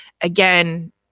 again